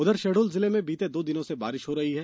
उधर शहडोल जिले में बीते दो दिनों से बारिश हो रही है